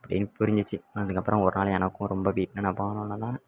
அப்படின்னு புரிஞ்சிச்சு அதுக்கப்புறம் ஒரு நாள் எனக்கும் ரொம்ப வீட்டு நினப்பா ஆனோன்னேதான்